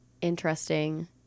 interesting